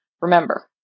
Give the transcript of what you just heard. Remember